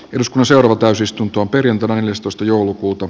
jos museo täysistunto pyrintö kahdestoista joulukuuta